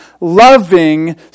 loving